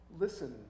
listen